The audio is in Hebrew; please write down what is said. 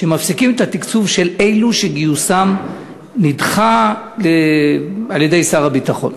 שמפסיקים את התקצוב של אלו שגיוסם נדחה על-ידי שר הביטחון.